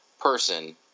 person